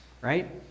right